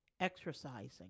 Exercising